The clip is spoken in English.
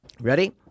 Ready